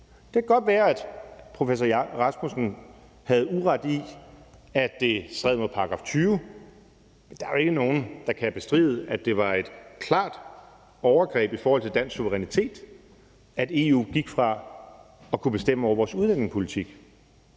Det kan godt være, at professor Hjalte Rasmussen havde uret i, at det stred mod § 20, men der er jo ikke nogen, der kan bestride, at det var et klart overgreb i forhold til dansk suverænitet, i forhold til at EU kunne bestemme over vores udlændingepolitik.